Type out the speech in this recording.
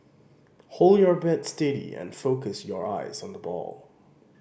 hold your bat steady and focus your eyes on the ball